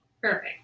Perfect